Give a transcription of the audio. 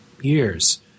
years